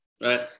right